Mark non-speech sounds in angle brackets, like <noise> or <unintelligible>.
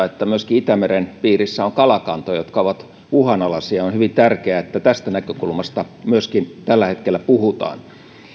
<unintelligible> että myöskin itämeren piirissä on kalakantoja jotka ovat uhanalaisia on hyvin tärkeää että myöskin tästä näkökulmasta tällä hetkellä puhutaan